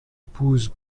épouse